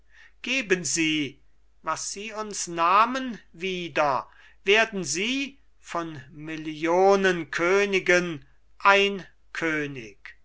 geben sie was sie uns nahmen wieder werden sie von millionen königen ein könig